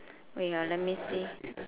wait ah let me see